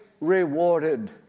rewarded